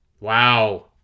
Wow